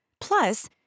Plus